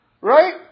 Right